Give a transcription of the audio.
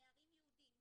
נערים יהודים,